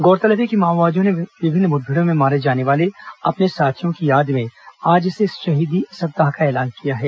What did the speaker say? गौरतलब है कि माओवादियों ने विभिन्न मुठभेड़ों में मारे जाने वाले अपने साथियों की याद में आज से शहीदी सप्ताह का ऐलान किया है